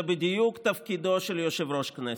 זה בדיוק תפקידו של יושב-ראש כנסת.